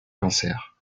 cancer